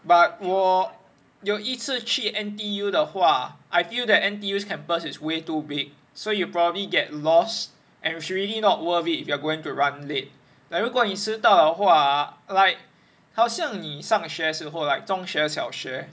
but 我有一次去 N_T_U 的话 I feel that N_T_U campus is way too big so you probably get lost and is really not worth it if you are going to run late but 如果你迟到的话 ah like 好像你上学的时候 like 中学小学